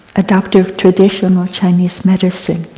a doctor of traditional chinese medicine.